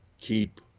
keep